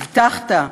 הבטחת,